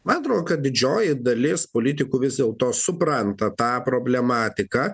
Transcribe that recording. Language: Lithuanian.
man atrodo kad didžioji dalis politikų vis dėlto supranta tą problematiką